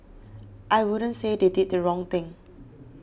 I wouldn't say they did the wrong thing